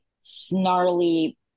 snarly